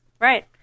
Right